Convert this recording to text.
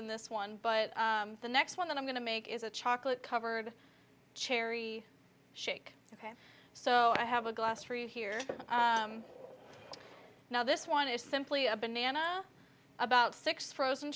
in this one but the next one that i'm going to make is a chocolate covered cherry shake ok so i have a glass for you here now this one is simply a banana about six frozen